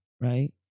right